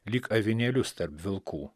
lyg avinėlius tarp vilkų